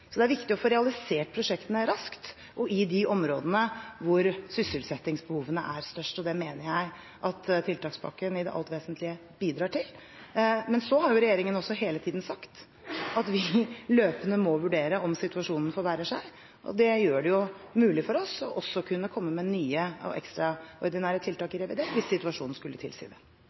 Så det er viktig å få realisert prosjektene raskt og i de områdene hvor sysselsettingsbehovene er størst, og det mener jeg at tiltakspakken i det alt vesentlige bidrar til. Men så har regjeringen også hele tiden sagt at vi løpende må vurdere om situasjonen forverrer seg, og det gjør det mulig for oss også å kunne komme med nye og ekstraordinære tiltak i revidert hvis situasjonen skulle tilsi det.